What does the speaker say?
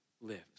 lives